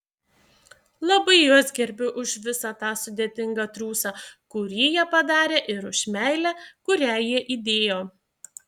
labai juos gerbiu už visą tą sudėtingą triūsą kurį jie padarė ir už meilę kurią jie įdėjo